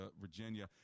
Virginia